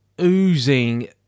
oozing